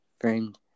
framed